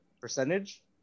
percentage